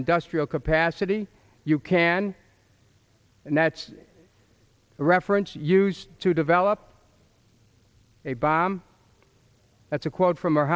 industrial capacity you can and that's a reference used to develop a bomb that's a quote from our